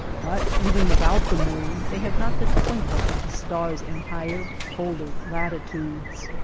but even without the moon they have not the twinkle of the stars in higher, colder latitudes.